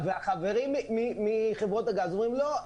-- והחברים מחברות הגז אומרים: לא,